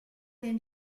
den